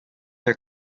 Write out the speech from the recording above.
her